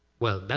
well, but